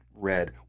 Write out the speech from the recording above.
Red